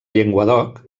llenguadoc